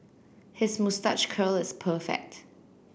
his moustache curl is perfect